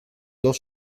dos